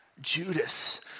Judas